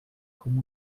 com